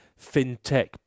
fintech